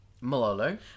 Malolo